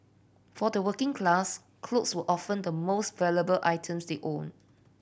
for the working class clothes were often the most valuable items they owned